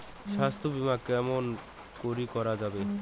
স্বাস্থ্য বিমা কেমন করি করা যাবে?